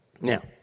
Now